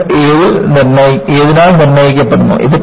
ഇത് എന്തിനാൽ നിർണ്ണയിക്കപ്പെടുന്നു